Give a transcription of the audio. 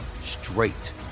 straight